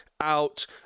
out –